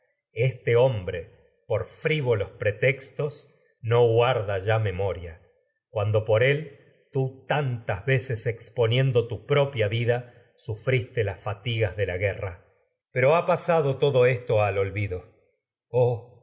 este hombre por ya frivolos pretextos no veces guarda memoria cuando por propia él las tú tantas exponiendo tu vida sufriste esto fatigas de la guerra pero de ya ha pasado todo y al olvido oh